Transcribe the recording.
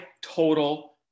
total